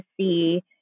see